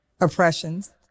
oppressions